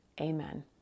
Amen